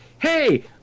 hey